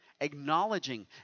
Acknowledging